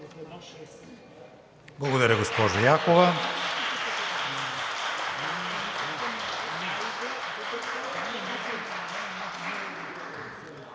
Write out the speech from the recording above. Благодаря, госпожо Яхова.